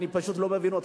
אני פשוט לא מבין אתכם.